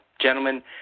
gentlemen